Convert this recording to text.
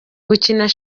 gukina